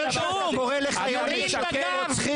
קידום.